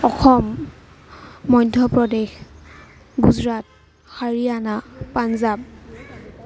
Assam Madhya Pradesh Gujarat Haryana Punjab